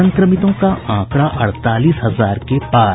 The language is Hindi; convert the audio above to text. संक्रमितों का आंकड़ा अड़तालीस हजार के पार